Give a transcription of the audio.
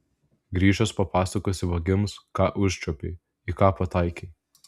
grįžęs papasakosi vagims ką užčiuopei į ką pataikei